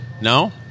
No